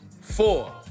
Four